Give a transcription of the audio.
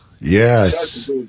Yes